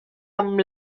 amb